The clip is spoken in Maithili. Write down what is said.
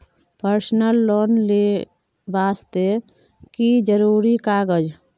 पर्सनल लोन ले वास्ते की जरुरी कागज?